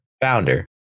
founder